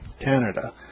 Canada